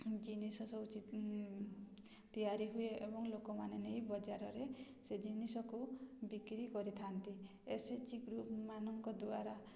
ଜିନିଷ ସବୁ ତିଆରି ହୁଏ ଏବଂ ଲୋକମାନେ ନେଇ ବଜାରରେ ସେ ଜିନିଷକୁ ବିକ୍ରି କରିଥାନ୍ତି ଏସ୍ ଏଚ୍ ଜି ଗ୍ରୁପମାନଙ୍କ ଦ୍ୱାରା